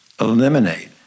eliminate